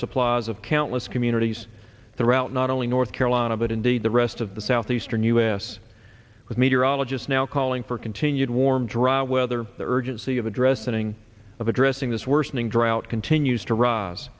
supplies of countless communities throughout not only north carolina but indeed the rest of the southeastern us with meteorologist now calling for continued warm dry weather the urgency of addressing addressing this worsening drought continues to rise